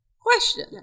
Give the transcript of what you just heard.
question